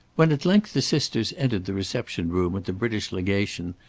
when at length the sisters entered the reception-room at the british legation,